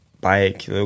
bike